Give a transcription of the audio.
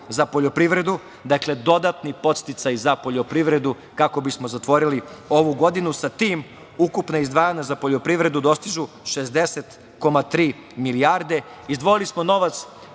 za poljoprivredu, dodatni podsticaj za poljoprivredu kako bismo zatvorili ovu godinu, sa tim ukupna izdvajanja za poljoprivredu dostižu 60,3 milijarde. Izdvojili smo novac